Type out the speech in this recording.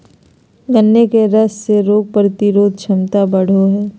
गन्ने के रस से रोग प्रतिरोधक क्षमता बढ़ो हइ